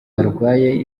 barwaye